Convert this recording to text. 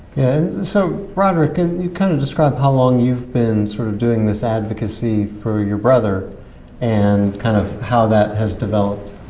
and so rodrick, can you kind of describe how long you've been sort of doing this advocacy for your brother and kind of how that has developed?